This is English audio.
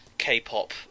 k-pop